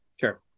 Sure